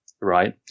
right